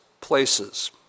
places